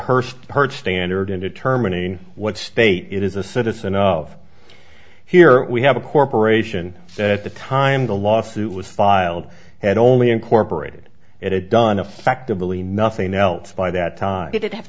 hearst heard standard in determining what state it is a citizen of here we have a corporation that at the time the lawsuit was filed had only incorporated it had done effectively nothing else by that time did it have